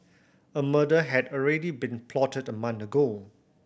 a murder had already been plotted the month ago